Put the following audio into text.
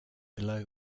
below